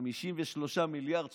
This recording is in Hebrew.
53 מיליארד שקל.